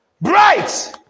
Bright